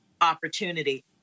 opportunity